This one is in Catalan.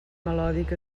melòdic